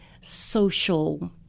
social